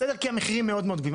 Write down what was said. כי המחירים מאוד גבוהים.